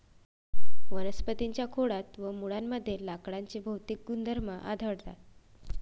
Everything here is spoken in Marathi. वनस्पतीं च्या खोडात व मुळांमध्ये लाकडाचे भौतिक गुणधर्म आढळतात